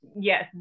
Yes